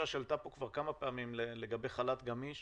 שעלתה פה כבר כמה פעמים לגבי חל"ת גמיש